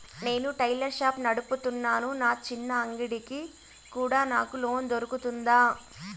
నేను tailor shop నడుపుతున్నాను, నా చిన్న అంగడి కి కూడా నాకు లోను దొరుకుతుందా?